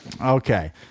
Okay